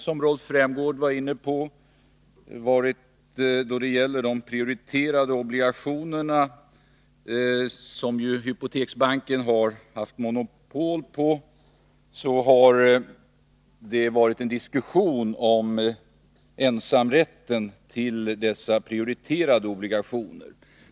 Som Rolf Rämgård var inne på då det gäller de prioriterade obligationerna har hypoteksbanken monopol på sådana emissioner. Denna ensamrätt har icke ifrågasatts.